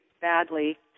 badly